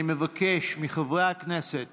אני מבקש מחברי הכנסת